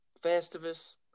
Festivus